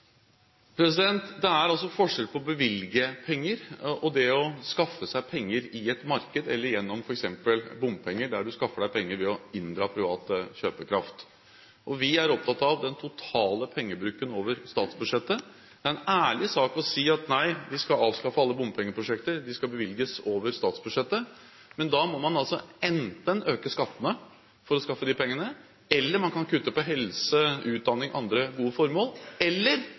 det. Det er forskjell på å bevilge penger og det å skaffe seg penger i et marked eller gjennom f.eks. bompenger, der en skaffer seg penger ved å inndra privat kjøpekraft. Vi er opptatt av den totale pengebruken over statsbudsjettet. Det er en ærlig sak å si at vi skal avskaffe alle bompengeprosjekter, pengene skal bevilges over statsbudsjettet. Men da må man enten øke skattene for å skaffe de pengene, eller man kan kutte på helse, utdanning og andre formål – eller